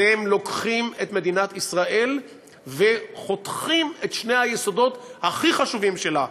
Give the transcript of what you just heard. אתם לוקחים את מדינת ישראל וחותכים את שני היסודות הכי חשובים שלה,